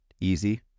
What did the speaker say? easy